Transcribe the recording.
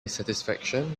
satisfaction